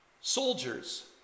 Soldiers